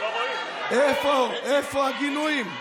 איפה הגינויים?